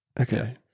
okay